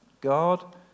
God